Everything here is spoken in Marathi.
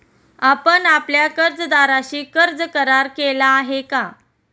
आपण आपल्या कर्जदाराशी कर्ज करार केला आहे का?